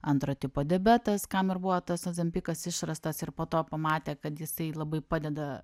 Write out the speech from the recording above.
antro tipo diabetas kam ir buvo tas ozampikas išrastas ir po to pamatė kad jisai labai padeda